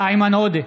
איימן עודה,